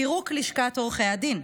פירוק לשכת עורכי הדין,